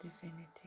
divinity